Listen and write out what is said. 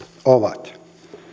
ovat